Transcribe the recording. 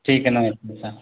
ठीक है नमस्ते सर